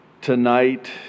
tonight